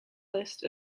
list